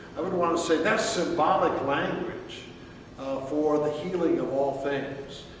i would want to say, that's symbolic language for the healing of all things.